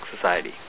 Society